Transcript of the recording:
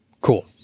Cool